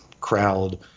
crowd